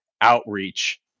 outreach